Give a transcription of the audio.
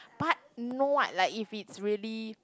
but not what like if he really